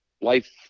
life